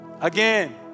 again